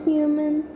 Human